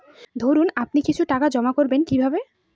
ধরুন আপনি কিছু টাকা জমা করবেন কিভাবে?